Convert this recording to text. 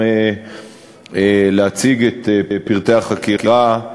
יש מישהו מחברי הכנסת שלא הצליח להצביע בפעם